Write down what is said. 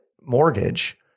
mortgage